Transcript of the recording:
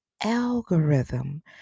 algorithm